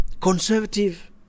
conservative